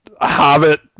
Hobbit